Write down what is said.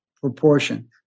proportion